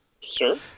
sir